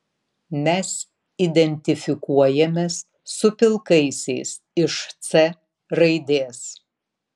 mes identifikuojamės su pilkaisiais iš c raidės